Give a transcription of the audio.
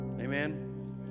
Amen